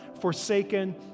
forsaken